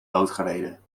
doodgereden